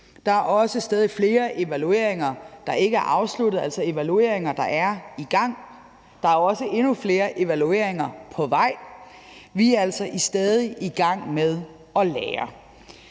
Der er også stadig flere evalueringer, der ikke er afsluttet, altså evalueringer, der er i gang, og der er også endnu flere evalueringer på vej. Vi er altså stadig i gang med at lære.